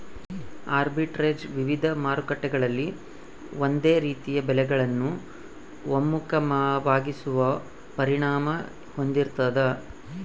arbitrage ವಿವಿಧ ಮಾರುಕಟ್ಟೆಗಳಲ್ಲಿ ಒಂದೇ ರೀತಿಯ ಬೆಲೆಗಳನ್ನು ಒಮ್ಮುಖವಾಗಿಸೋ ಪರಿಣಾಮ ಹೊಂದಿರ್ತಾದ